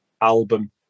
album